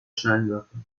scheinwerfer